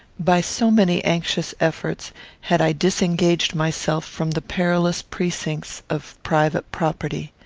by so many anxious efforts had i disengaged myself from the perilous precincts of private property.